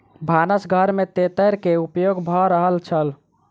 भानस घर में तेतैर के उपयोग भ रहल छल